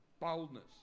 boldness